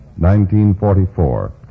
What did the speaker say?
1944